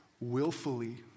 willfully